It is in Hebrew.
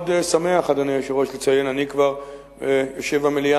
אני מאוד שמח לציין שאני כבר יושב במליאה